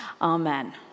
Amen